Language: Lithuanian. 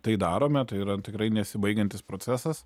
tai darome tai yra tikrai nesibaigiantis procesas